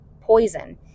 poison